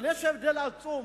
אבל, יש הבדל עצום